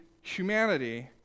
humanity